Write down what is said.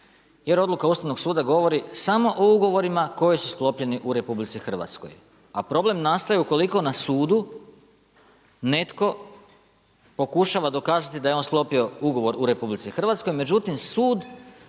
jer odluka Ustavnog suda govori samo o ugovorima koji su sklopljeni u RH. A problem nastaje ukoliko na sudu netko pokušava dokazati da je on sklopio ugovor u RH međutim